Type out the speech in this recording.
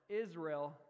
Israel